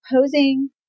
posing